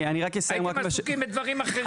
הייתם עסוקים בדברים אחרים?